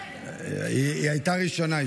היא הייתה ראשונה.